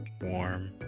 warm